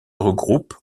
regroupe